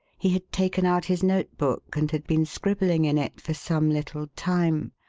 he had taken out his notebook and had been scribbling in it for some little time,